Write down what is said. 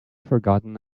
forgotten